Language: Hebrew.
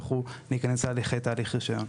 להיכנס להליכי קבלת הרישיון.